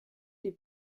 les